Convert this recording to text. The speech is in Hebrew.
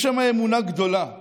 יש שם אמונה גדולה,